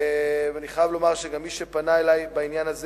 אני מוכרח לומר שמי שפנה אלי בעניין הזה